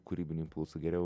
kūrybinių impulsų geriau